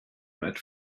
red